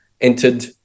entered